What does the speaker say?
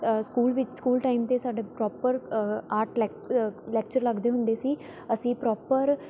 school ਵਿੱਚ school time ਤੋਂ ਸਾਡੇ ਪਰੋਪਰ ਆਰਟ ਲੈਕ ਲੈਕਚਰ ਲੱਗਦੇ ਹੁੰਦੇ ਸੀ ਅਸੀਂ ਪਰੋਪਰ